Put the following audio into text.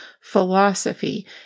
philosophy